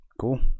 Cool